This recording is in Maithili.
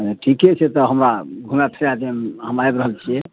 ठीके छै तऽ हमरा घुमाए फिराए दिहनि हम आबि रहल छियै